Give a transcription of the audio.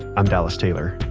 i'm dallas taylor.